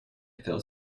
felt